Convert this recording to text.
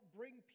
bring